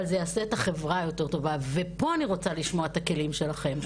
אבל זה יעשה את החברה יותר טובה ופה אני רוצה לשמוע את הכלים שלכם,